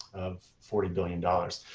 of forty billion dollars.